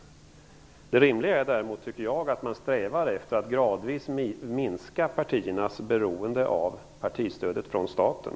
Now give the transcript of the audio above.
Det rimliga är att man strävar efter att gradvis minska partiernas beroende av partistöd från staten.